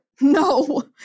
No